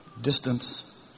Distance